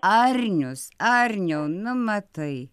arnius arniau nu matai